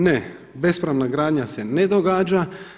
Ne, bespravna gradanja se ne događa.